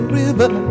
river